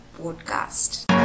podcast